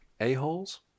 a-holes